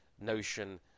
notion